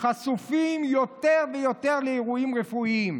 חשופים יותר ויותר לאירועים רפואיים,